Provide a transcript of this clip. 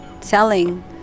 selling